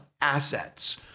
assets